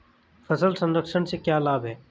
फल संरक्षण से क्या लाभ है?